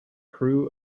crew